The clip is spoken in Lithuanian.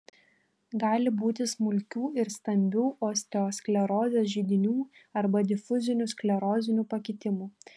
gali būti smulkių ir stambių osteosklerozės židinių arba difuzinių sklerozinių pakitimų